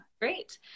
great